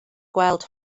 gweld